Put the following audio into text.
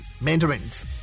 mandarins